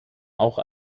auch